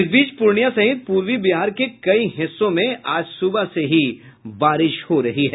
इस बीच पूर्णिया सहित पूर्वी बिहार के कई हिस्सों में आज सुबह से ही बारिया हो रही है